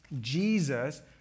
Jesus